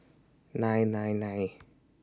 nine nine nine